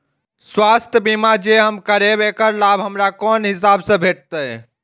स्वास्थ्य बीमा जे हम करेब ऐकर लाभ हमरा कोन हिसाब से भेटतै?